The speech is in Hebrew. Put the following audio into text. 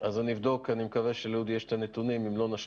שראינו הוא לעודד ולאפשר לאנשים